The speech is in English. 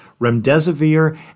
remdesivir